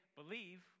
believe